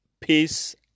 Peace